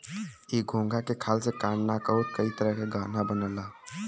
इ घोंघा के खाल से कान नाक आउर कई तरह के गहना बनला